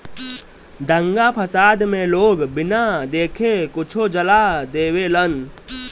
दंगा फसाद मे लोग बिना देखे कुछो जला देवेलन